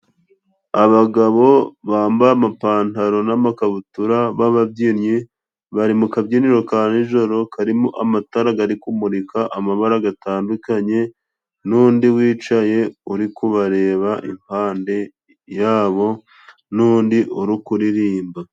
Abagabo bambaye amapantaro n'makabutura b'ababyinnyi, bari mu kabyiniro ka nijoro, karimo amatara gari kumurika amabara gatandukanye, n'undi wicaye uri kubareba impande yabo, n'undi uri kuririmba.